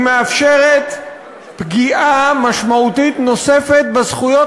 היא מאפשרת פגיעה משמעותית נוספת בזכויות